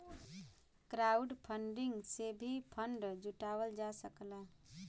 crowdfunding से भी fund जुटावल जा सकला